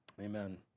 Amen